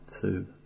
two